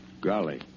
Golly